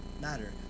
matter